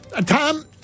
Tom